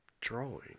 drawing